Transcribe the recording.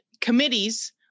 committees